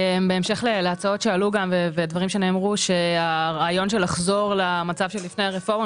בהמשך להצעות שעלו ודברים שנאמרו שהרעיון של לחזור למצב שלפני הרפורמה,